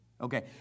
Okay